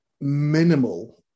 minimal